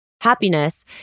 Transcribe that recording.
Happiness